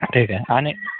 ठीक आहे आणि